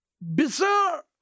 bizarre